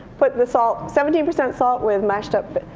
put the salt seventeen percent salt with mashed up,